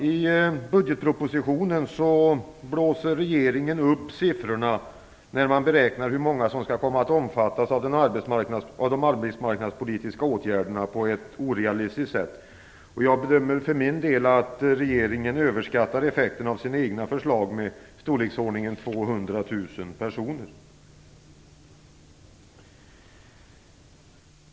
I budgetpropositionen blåser regeringen upp siffrorna vid beräkningen av hur många som skall komma att omfattas av de arbetsmarknadspolitiska åtgärderna på ett orealistiskt sätt. Min bedömning är att regeringen överskattar effekterna av sina förslag med i storleksordningen 200 000 personer.